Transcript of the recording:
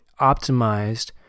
optimized